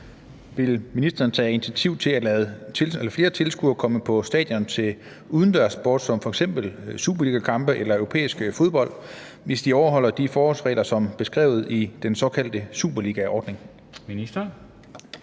Vil ministeren tage initiativ til at lade flere tilskuere komme på stadion til udendørssport som f.eks. superligakampe eller europæisk fodbold, hvis de overholder de forholdsregler, som er beskrevet i den såkaldte superligaordning?